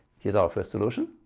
here's our first solution.